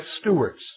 stewards